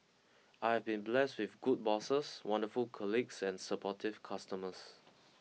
I have been blessed with good bosses wonderful colleagues and supportive customers